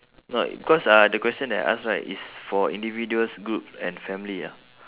no I cause uh the question that I ask right is for individuals group and family ah